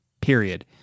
Period